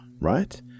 right